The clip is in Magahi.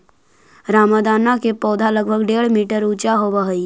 रामदाना के पौधा लगभग डेढ़ मीटर ऊंचा होवऽ हइ